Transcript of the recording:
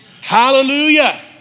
Hallelujah